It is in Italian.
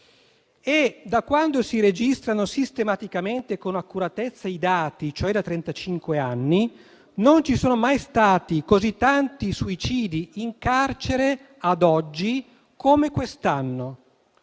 Da quando si registrano sistematicamente e con accuratezza i dati, cioè da trentacinque anni, non ci sono mai stati così tanti suicidi in carcere come quest'anno: